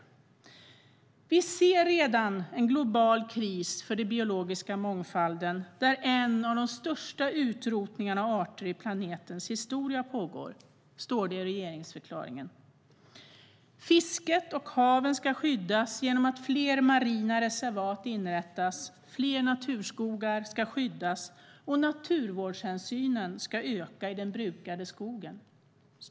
Där står: "Vi ser redan en global kris för den biologiska mångfalden, där en av de största utrotningarna av arter i planetens historia pågår." Vidare står det: "Fisket och haven ska skyddas genom att fler marina reservat inrättas. Fler naturskogar ska skyddas och naturvårdshänsynen ska öka i den brukade skogen.